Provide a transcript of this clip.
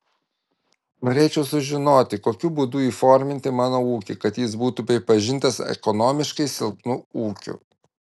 norėčiau sužinoti kokiu būdu įforminti mano ūkį kad jis būtų pripažintas ekonomiškai silpnu ūkiu